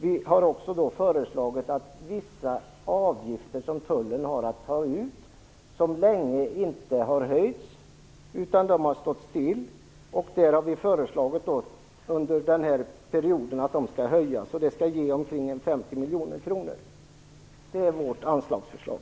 Vi har också föreslagit att vissa avgifter som tullen har att ta ut, som inte har höjts på länge utan stått stilla, skall höjas under denna period. Det skall ge omkring 50 miljoner kronor. Det är vårt anslagsförslag.